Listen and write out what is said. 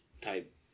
type